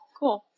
cool